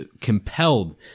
compelled